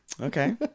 okay